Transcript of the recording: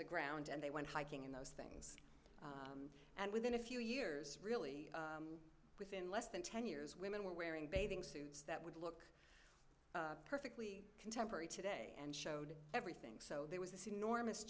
the ground and they went hiking in those and within a few years really within less than ten years women were wearing bathing suits that would look perfectly contemporary today and showed everything so there was this enormous